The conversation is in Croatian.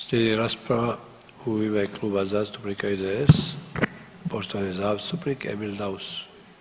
Slijedi rasprava u ime Kluba zastupnika IDS-a poštovani zastupnik Emil Daus.